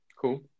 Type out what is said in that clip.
Cool